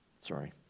Sorry